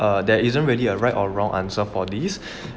err there isn't really a right or wrong answer for this